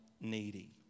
needy